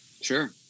Sure